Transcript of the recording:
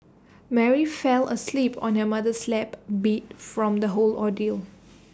Mary fell asleep on her mother's lap beat from the whole ordeal